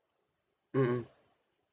mm mm